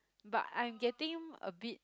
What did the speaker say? but I'm getting a bit